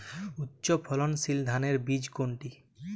উচ্চ ফলনশীল ধানের বীজ কোনটি?